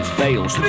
fails